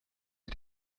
wie